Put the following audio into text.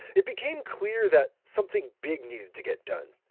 it became clear that something big needed to get done.